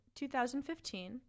2015